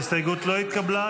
ההסתייגות לא התקבלה.